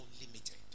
unlimited